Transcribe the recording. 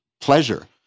pleasure